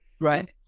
Right